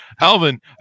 Alvin